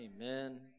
Amen